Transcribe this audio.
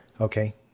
Okay